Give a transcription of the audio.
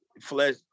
Flesh